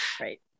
right